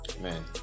man